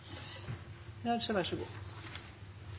vegne. Vær så god!